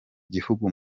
gihugu